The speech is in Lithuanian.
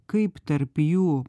kaip tarp jų